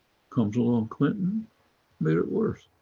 comes along clinton made it worse.